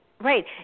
Right